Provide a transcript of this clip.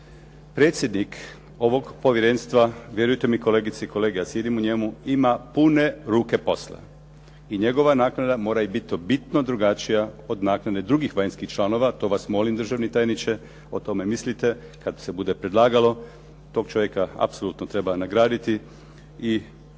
Predsjednik ovog povjerenstva, vjerujte mi kolegice i kolege, ja sjedim u njemu, ima pune ruke posla i njegova naknada mora biti bitno drugačija od naknade drugih vanjskih članova, to vas molim državni tajniče, o tome mislite kad se bude predlagalo. Tog čovjeka apsolutno treba nagraditi i velim,